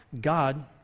God